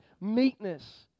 meekness